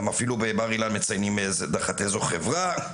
בבר אילן אפילו מציינים תחת איזו חברה.